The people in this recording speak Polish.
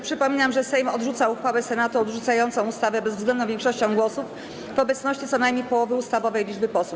Przypominam, że Sejm odrzuca uchwałę Senatu odrzucającą ustawę bezwzględną większością głosów w obecności co najmniej połowy ustawowej liczby posłów.